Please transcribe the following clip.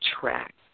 track